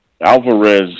Alvarez